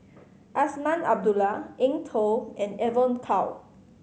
Azman Abdullah Eng Tow and Evon Kow